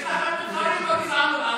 יש לכם מתחרים בגזענות.